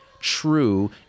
true